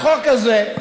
החוק הזה,